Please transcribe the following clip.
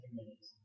minutes